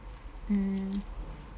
mm